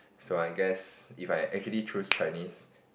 so I guess if I actually choose Chinese